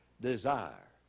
desire